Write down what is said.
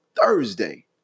Thursday